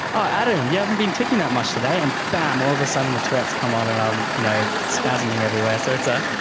oh adam, you haven't been ticcing that much today and bam, all of a sudden the tourette's come on and i'm you know spasming everywhere. so it's ah